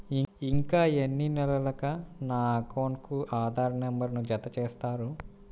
ఇంకా ఎన్ని నెలలక నా అకౌంట్కు ఆధార్ నంబర్ను జత చేస్తారు?